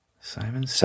Simon